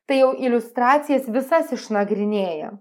tai jau iliustracijas visas išnagrinėja